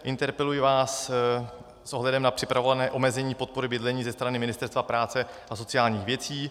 Interpeluji vás s ohledem na připravované omezení podpory bydlení ze strany Ministerstva práce a sociálních věcí.